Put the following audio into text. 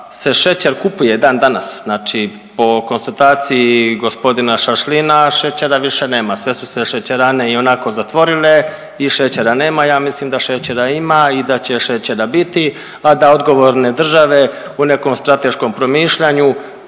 šećer kupuje dan danas znači po konstataciji gospodina Šašlina šećera više nema, sve su se šećerane ionako zatvorile i šećera nema. Ja mislim da šećera ima i da će šećera biti, a da odgovorne države u nekom strateškom promišljanju